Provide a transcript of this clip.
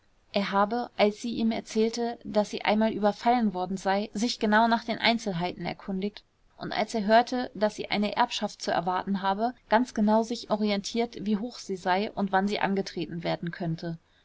er habe als sie ihm erzählte daß sie einmal überfallen worden sei sich genau nach den einzelheiten erkundigt und als er hörte daß sie eine erbschaft zu erwarten habe ganz genau sich orientiert wie hoch sie sei und wann sie angetreten werden könnte